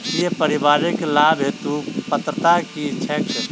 राष्ट्रीय परिवारिक लाभ हेतु पात्रता की छैक